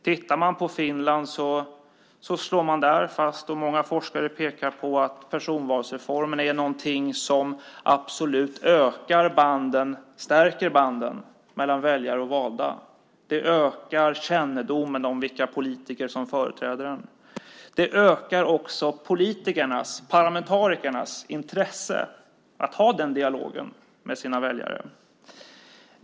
Vad gäller Finland slår man där fast - och många forskare pekar också på det - att personvalsreformen absolut stärkt banden mellan väljare och valda. Personvalet ökar kännedomen om vilka politiker som företräder en samtidigt som det ökar politikernas, parlamentarikernas, intresse för att ha en dialog med sina väljare.